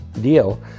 deal